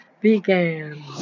began